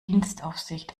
dienstaufsicht